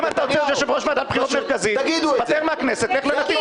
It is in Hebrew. תגידו את האמת.